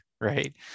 right